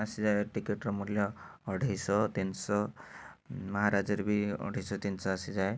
ଆସିଯାଏ ଟିକେଟ୍ ର ମୂଲ୍ୟ ଅଢ଼େଇଶହ ତିନିଶହ ମହାରାଜାରେ ବି ଅଢ଼େଇଶହ ତିନିଶହ ଆସିଯାଏ